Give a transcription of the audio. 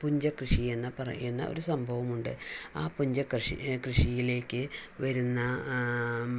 പുഞ്ചക്കൃഷി എന്ന് പറയുന്ന ഒരു സംഭവം ഉണ്ട് ആ പുഞ്ചകൃഷി കൃഷിയിലേക്ക് വരുന്ന